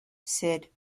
syd